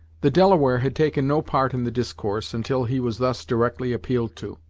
the delaware had taken no part in the discourse until he was thus directly appealed to,